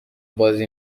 بازی